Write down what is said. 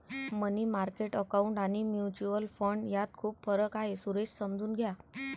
मनी market account आणि mutual fund यात खूप फरक आहे, सुरेश समजून घ्या